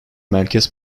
merkez